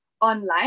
online